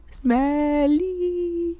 smelly